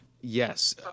yes